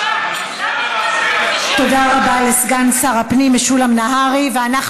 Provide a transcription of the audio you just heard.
תגיד לי למה רואנדה מכחישה.